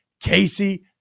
Casey